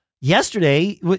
yesterday